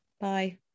Bye